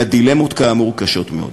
והדילמות, כאמור, קשות מאוד.